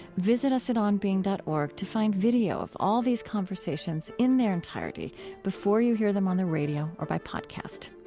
visit us at onbeing dot org to find video of all these conversations in their entirety entirety before you hear them on the radio or by podcast.